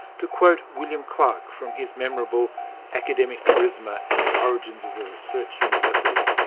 to quote william clark from his memorable academic charisma and the origins of the research university